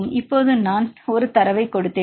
எனவே இப்போது நான் ஒரு தரவைக் கொடுத்தேன்